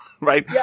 right